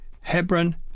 Hebron